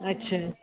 अछा